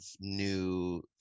new